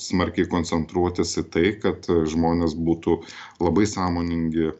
smarkiai koncentruotis į tai kad žmonės būtų labai sąmoningi